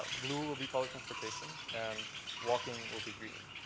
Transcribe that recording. ah blue will be public transportation. and walking will be green.